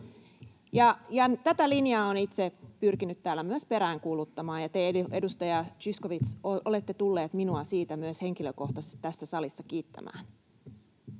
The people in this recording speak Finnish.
Tätä linjaa olen itse pyrkinyt täällä myös peräänkuuluttamaan, ja te, edustaja Zyskowicz, olette tullut minua siitä myös henkilökohtaisesti tässä salissa kiittämään.